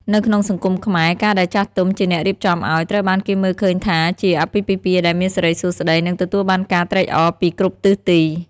នៅក្នុងសង្គមខ្មែរ ការដែលចាស់ទុំជាអ្នករៀបចំឱ្យ ត្រូវបានគេមើលឃើញថាជា "អាពាហ៍ពិពាហ៍ដែលមានសិរីសួស្តី" និងទទួលបានការត្រេកអរពីគ្រប់ទិសទី។